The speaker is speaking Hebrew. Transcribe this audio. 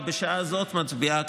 ובשעה זאת מצביעה הכנסת.